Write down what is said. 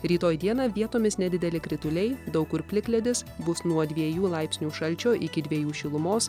rytoj dieną vietomis nedideli krituliai daug kur plikledis bus nuo dviejų laipsnių šalčio iki dviejų šilumos